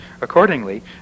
Accordingly